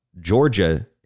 georgia